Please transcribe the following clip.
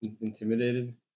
Intimidated